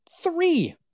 Three